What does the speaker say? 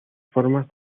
formas